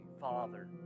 Father